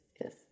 yes